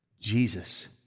Jesus